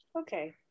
okay